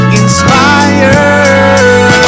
inspired